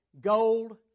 Gold